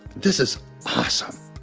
this is awesome.